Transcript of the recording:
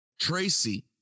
Tracy